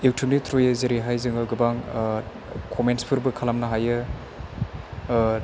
इउथुबनि थ्रुयै जेरैहाय जोङो गोबां कमेन्सफोरबो खालामनो हायो